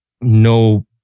no